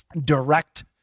direct